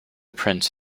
prince